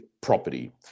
property